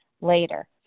later